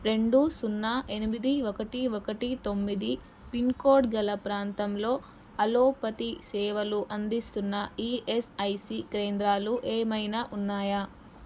రెండు సున్నా ఎనిమిది ఒకటి ఒకటి తొమ్మిది పిన్ కోడ్ గల ప్రాంతంలో ఆలోపతి సేవలు అందిస్తున్న ఈఎస్ఐసీ కేంద్రాలు ఏమైనా ఉన్నాయా